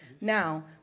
Now